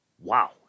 Wow